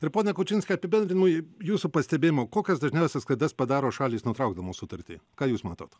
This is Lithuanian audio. ir ponia kučinske apibendrinimui jūsų pastebėjimu kokias dažniausias klaidas padaro šalys nutraukdamos sutartį ką jūs matot